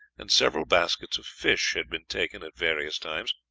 and several baskets of fish had been taken at various times.